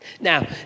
Now